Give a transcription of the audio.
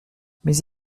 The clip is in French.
mais